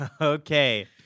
Okay